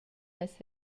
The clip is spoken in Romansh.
las